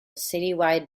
citywide